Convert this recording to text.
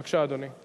בבקשה, אדוני.